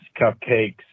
cupcakes